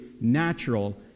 natural